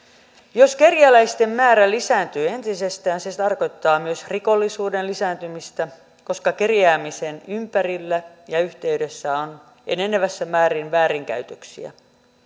jos kerjäläisten määrä lisääntyy entisestään se se tarkoittaa myös rikollisuuden lisääntymistä koska kerjäämisen ympärillä ja yhteydessä on enenevässä määrin väärinkäytöksiä